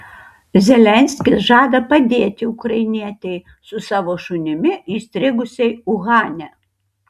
zelenskis žada padėti ukrainietei su savo šunimi įstrigusiai uhane